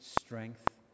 strength